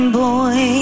boy